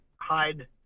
hide